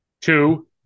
Two